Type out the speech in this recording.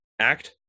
act